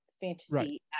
fantasy